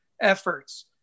efforts